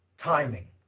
timing